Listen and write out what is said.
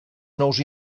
nous